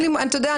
אתה יודע,